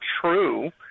true